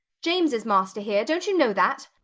james is master here. don't you know that?